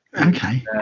okay